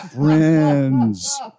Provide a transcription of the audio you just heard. friends